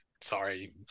Sorry